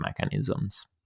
mechanisms